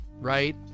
right